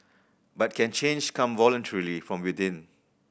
but can change come voluntarily from within